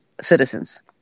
citizens